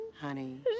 Honey